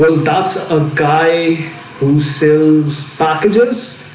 that's a guy who sells packages,